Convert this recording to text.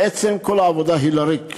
בעצם כל העבודה היא לריק.